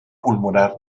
pulmonar